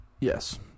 Yes